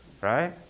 right